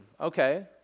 Okay